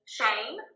shame